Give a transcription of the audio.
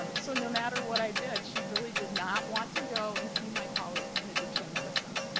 um so no matter what i did, she really did not want to go and see my colleagues in addiction medicine.